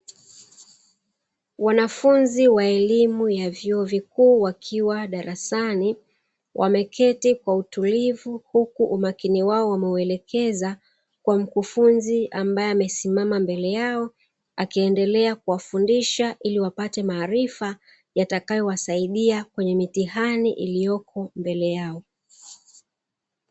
Wanafunzi wa elimu ya vyuo vikuu wakiwa darasani, wameketi kwa utulivu huku umakini wao wameuelekeza kwa mkufunzi ambaye amesimama mbele yao, akiendelea kuwafundisha, ili wapate maarifa yatakayowasaidia kwenye mitihani iliyoko mbele yao.